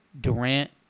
Durant